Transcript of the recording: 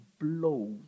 blows